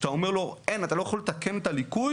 כשאתה אומר לו אתה לא יכול לתקן את הליקוי,